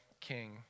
King